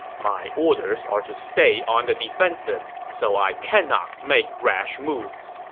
my orders are to stay on the defensive, so i cannot make rash moves.